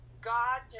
God